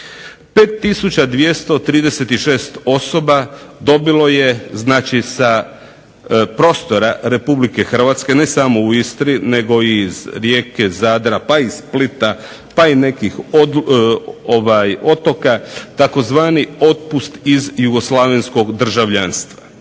5236 osoba dobilo je znači sa prostora Republike Hrvatske, ne samo u Istri nego i iz Rijeke, Zadra, pa i iz Splita, pa i nekih otoka tzv. otpust iz jugoslavenskog državljanstva.